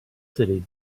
city